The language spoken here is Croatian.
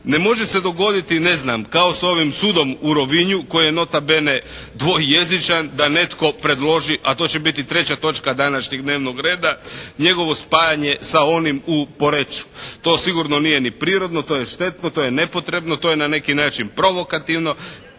Ne može se dogoditi ne znam kao s ovim sudom u Rovinju koji je nota bene dvojezičan da netko predloži, a to će biti 3. točka današnjeg dnevnog reda, njegovo spajanje sa onim u Poreču. To sigurno nije ni prirodno, to je štetno, to je nepotrebno, to je na neki način provokativno,